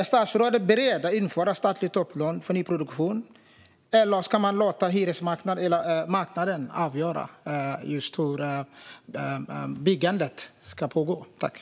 Är statsrådet beredd att införa statligt topplån för nyproduktion eller ska man låta marknaden avgöra hur byggandet ska ske?